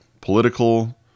political